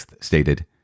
stated